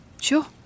Sure